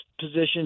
position